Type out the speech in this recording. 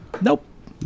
Nope